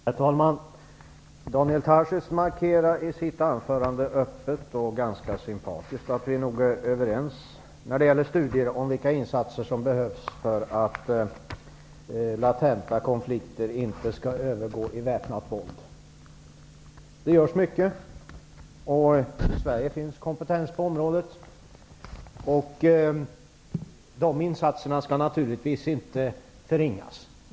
Herr talman! Daniel Tarschys markerar i sitt anförande öppet och ganska sympatiskt att vi nog är överens när det gäller studier om vilka insatser som behövs för att latenta konflikter inte skall övergå i väpnat våld. Det görs mycket och i Sverige finns kompetens på området. De insatserna skall naturligtvis inte förringas.